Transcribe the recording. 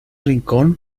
rincón